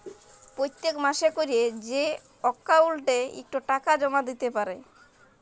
পত্তেক মাসে ক্যরে যে অক্কাউল্টে ইকট টাকা জমা দ্যিতে পারে